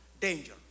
danger